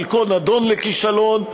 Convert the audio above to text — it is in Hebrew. חלקו נידון לכישלון,